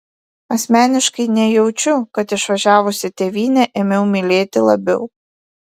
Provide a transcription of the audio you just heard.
asmeniškai nejaučiu kad išvažiavusi tėvynę ėmiau mylėti labiau